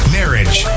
marriage